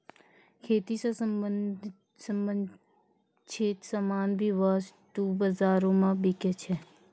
खेती स संबंछित सामान भी वस्तु बाजारो म बिकै छै